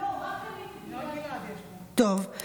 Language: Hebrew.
לא נמצאים, טוב.